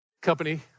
Company